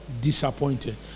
Disappointed